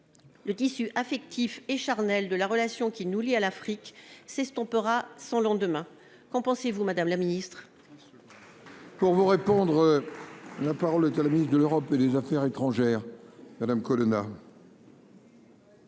le tissu affectif et charnel de la relation qui nous lie à l'Afrique s'estompera sans lendemain, qu'en pensez-vous Madame la Ministre. Pour vous répondre, la parole est à la ministre de l'Europe. Mais les affaires étrangères Madame Colonna.